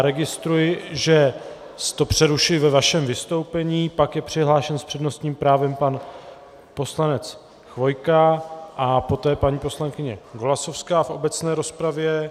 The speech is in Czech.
Registruji, že to přerušuji ve vašem vystoupení, pak je přihlášen s přednostním právem pan poslanec Chvojka a poté paní poslankyně Golasowská v obecné rozpravě.